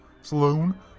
Saloon